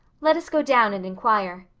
let us go down and inquire.